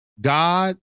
God